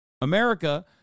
America